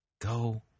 Go